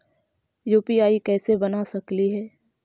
UPI कैसे बना सकली हे?